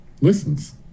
listens